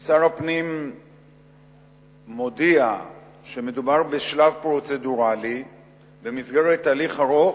שר הפנים מודיע שמדובר בשלב פרוצדורלי במסגרת הליך ארוך,